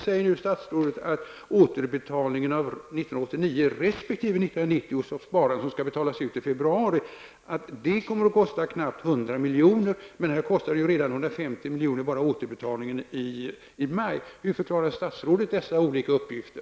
Nu säger statsrådet att återbetalningen för sparandet 1989 resp. 1990, som skall göras i februari nästa år, kommer att kosta knappt 100 milj.kr. men bara återbetalning i maj kostade 150 milj.kr. Hur förklarar statsrådet dessa olika uppgifter?